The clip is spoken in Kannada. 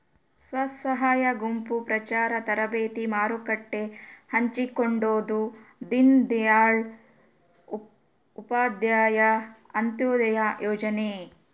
ಸ್ವಸಹಾಯ ಗುಂಪು ಪ್ರಚಾರ ತರಬೇತಿ ಮಾರುಕಟ್ಟೆ ಹಚ್ಛಿಕೊಡೊದು ದೀನ್ ದಯಾಳ್ ಉಪಾಧ್ಯಾಯ ಅಂತ್ಯೋದಯ ಯೋಜನೆ